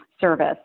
service